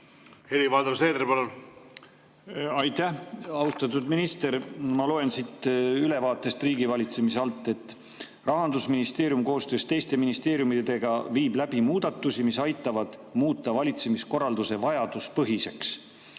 Helir-Valdor Seeder, palun! Aitäh! Austatud minister! Ma loen siit ülevaatest riigivalitsemise alt, et Rahandusministeerium koostöös teiste ministeeriumidega viib läbi muudatusi, mis aitavad muuta valitsemiskorralduse vajaduspõhiseks.